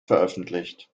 veröffentlicht